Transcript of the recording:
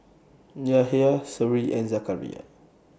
Yahya Seri and Zakaria